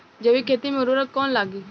जैविक खेती मे उर्वरक कौन लागी?